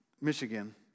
Michigan